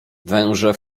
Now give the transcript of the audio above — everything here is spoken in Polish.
węże